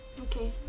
Okay